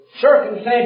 circumstances